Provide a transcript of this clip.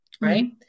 Right